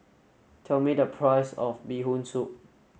tell me the price of bee hoon soup